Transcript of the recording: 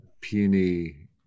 peony